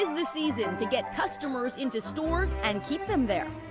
the season to get customers into stores and keep them there.